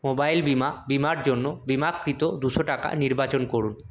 mobile বীমা বীমার জন্য বিমাকৃত দুশো টাকা নির্বাচন করুন